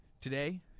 Today